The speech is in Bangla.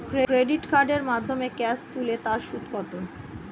ক্রেডিট কার্ডের মাধ্যমে ক্যাশ তুলে তার সুদ কত?